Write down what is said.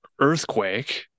earthquake